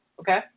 Okay